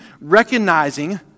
recognizing